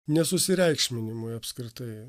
ne susireikšminimui apskritai